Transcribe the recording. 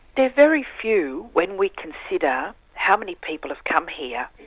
they're very few when we consider how many people have come here,